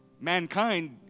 mankind